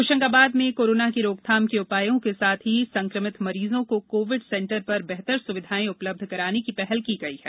होशंगाबाद में कोरोना की रोकथाम के उपायों के साथ ही संक्रमित मरीजों को कोविड सेंटर पर बेहतर सुविधाएं उपलब्ध कराने की पहल की गई है